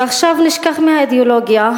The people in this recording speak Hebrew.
ועכשיו נשכח מהאידיאולוגיה.